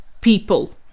people